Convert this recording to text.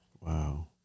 Wow